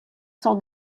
sont